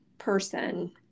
person